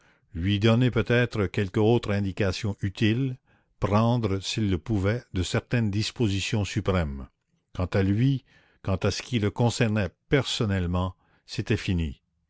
lui donner peut-être quelque autre indication utile prendre s'il le pouvait de certaines dispositions suprêmes quant à lui quant à ce qui le concernait personnellement c'était fini